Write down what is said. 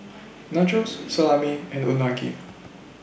Nachos Salami and Unagi